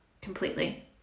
completely